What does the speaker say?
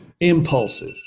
Impulsive